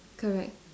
correct